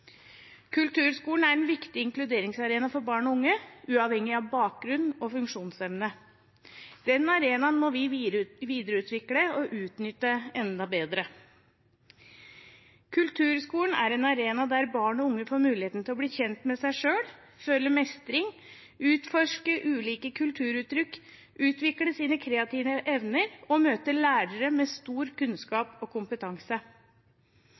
Kulturskolen er en viktig inkluderingsarena for barn og unge uavhengig av bakgrunn og funksjonsevne. Den arenaen må vi videreutvikle og utnytte enda bedre. Kulturskolen er en arena der barn og unge får mulighet til å bli kjent med seg selv, føle mestring, utforske ulike kulturuttrykk, utvikle sine kreative evner og møte lærere med stor kunnskap og kompetanse.